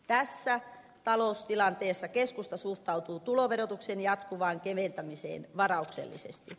tässä taloustilanteessa keskusta suhtautuu tuloverotuksen jatkuvaan keventämiseen varauksellisesti